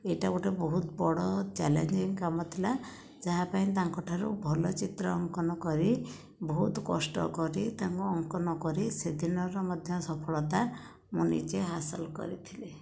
ଏଇଟା ଗୋଟିଏ ବହୁତ ବଡ଼ ଚ୍ୟାଲେଞ୍ଜିଂ କାମ ଥିଲା ଯାହାପାଇଁ ତାଙ୍କ ଠାରୁ ଭଲ ଚିତ୍ର ଅଙ୍କନ କରି ବହୁତ କଷ୍ଟ କରି ତାଙ୍କୁ ଅଙ୍କନ କରି ସେଦିନର ମଧ୍ୟ ସଫଳତା ମୁଁ ନିଜେ ହାସଲ କରିଥିଲି